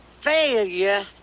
failure